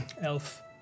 elf